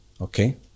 okay